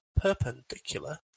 perpendicular